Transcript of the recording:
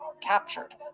captured